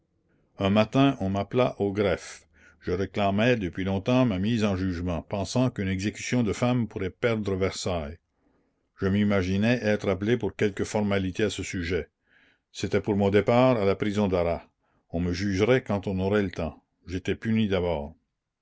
un matin on m'appela au greffe je réclamais depuis longtemps ma mise en jugement pensant qu'une exécution de femme pourrait perdre versailles je m'imaginais être appelée pour quelque formalité à ce sujet c'était pour mon départ à la prison d'arras on me jugerait quand on aurait le temps j'étais punie d'abord